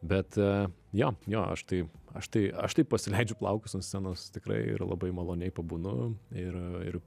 bet jo jo aš tai aš tai aš tai pasileidžiu plaukus ant scenos tikrai ir labai maloniai pabūnu ir ir